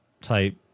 type